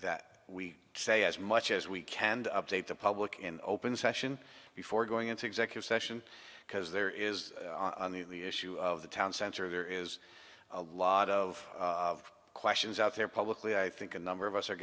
that we say as much as we can to update the public in open session before going into executive session because there is on the issue of the town center there is a lot of questions out there publicly i think a number of us are